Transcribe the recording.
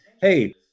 hey